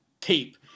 tape